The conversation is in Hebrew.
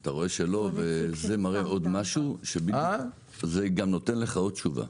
אתה רואה שלא, זה גם נותן לך עוד תשובה.